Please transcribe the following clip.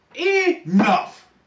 Enough